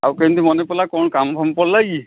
ଆଉ କେମିତି ମନେ ପଡ଼ିଲା କଣ କାମ ଫାମ ପଡ଼ିଲା କି